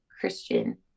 Christian